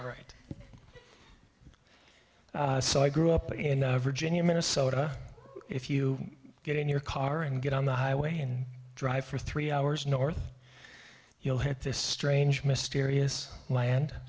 right so i grew up and virginia minnesota if you get in your car and get on the highway and drive for three hours north you'll have this strange mysterious land